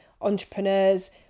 entrepreneurs